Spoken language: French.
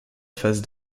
face